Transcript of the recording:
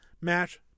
match